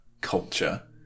culture